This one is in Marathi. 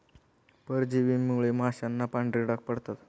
परजीवींमुळे माशांना पांढरे डाग पडतात